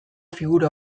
figura